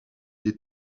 des